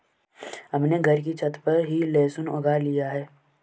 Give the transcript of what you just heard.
हमने घर की छत पर ही लहसुन उगा लिए हैं